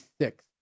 six